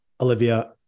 Olivia